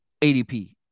ADP